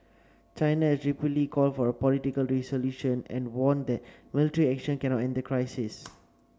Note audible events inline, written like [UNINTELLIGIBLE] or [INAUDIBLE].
China [UNINTELLIGIBLE] called for a political resolution and warned that military action cannot end the crisis